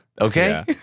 Okay